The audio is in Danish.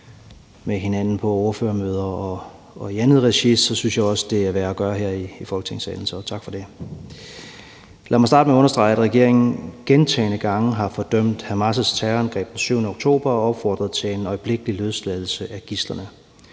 med hinanden på ordførermøder og i andet regi, synes jeg også, det er værd at gøre her i Folketingssalen, så tak for det. Lad mig starte med understrege, at regeringen gentagne gange har fordømt Hamas' terrorangreb den 7. oktober og opfordret til en øjeblikkelig løsladelse af gidslerne.